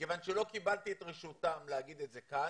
כיוון שלא קיבלתי את רשותם לומר את זה כאן,